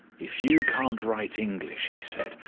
if you can't write english he said,